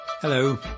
Hello